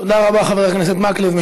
תודה רבה, חבר הכנסת מקלב.